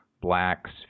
Blacks